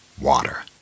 Water